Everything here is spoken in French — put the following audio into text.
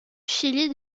chili